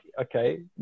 okay